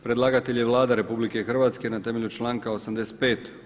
Predlagatelj je Vlada RH na temelju članka 95.